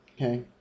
okay